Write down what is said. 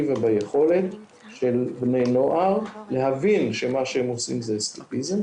וביכולת של בני נוער להבין שמה שהם עושים זה אסקפיזם,